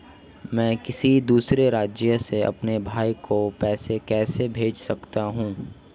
मैं किसी दूसरे राज्य से अपने भाई को पैसे कैसे भेज सकता हूं?